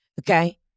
okay